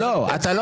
לא זהו.